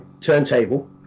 turntable